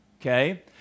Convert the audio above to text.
okay